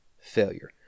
failure